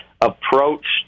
approach